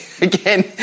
Again